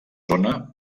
zona